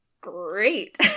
Great